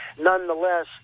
nonetheless